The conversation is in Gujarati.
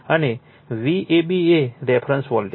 અને Vab એ રેફરન્સ વોલ્ટેજ છે